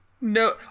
No